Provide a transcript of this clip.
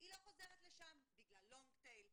היא לא חוזרת לשם בגלל לונג טייל,